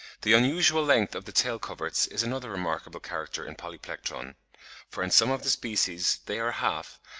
the unusual length of the tail-coverts is another remarkable character in polyplectron for in some of the species they are half,